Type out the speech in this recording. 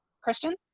christian